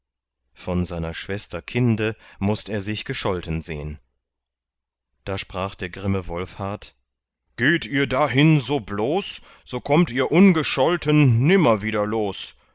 von seiner schwester kinde mußt er sich gescholten sehn da sprach der grimme wolfhart geht ihr dahin so bloß so kommt ihr ungescholten nimmer wieder los